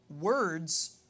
Words